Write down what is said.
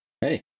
Hey